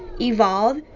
evolve